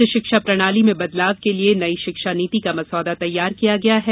उच्च शिक्षा प्रणाली में बदलाव के लिये नई शिक्षा नीति का मसौदा तैयार किया गया है